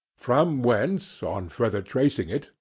from whence, on further tracing it,